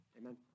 Amen